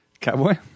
Cowboy